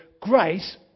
grace